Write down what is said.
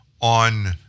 on